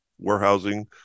Warehousing